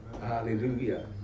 Hallelujah